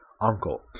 uncle